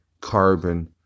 carbon